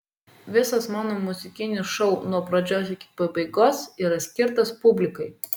visas mano muzikinis šou nuo pradžios iki pabaigos yra skirtas publikai